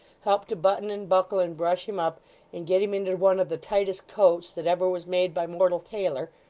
helped to button and buckle and brush him up and get him into one of the tightest coats that ever was made by mortal tailor,